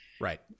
right